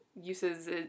uses